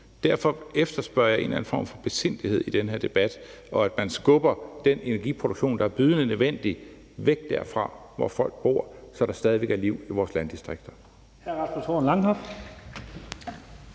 Derfor efterspørger jeg en eller anden form for besindighed i den her debat, og at man skubber den energiproduktion, der er bydende nødvendig, væk derfra, hvor folk bor, så der stadig væk er liv i vores landdistrikter.